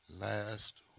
last